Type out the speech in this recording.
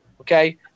Okay